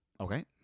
Okay